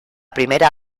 primera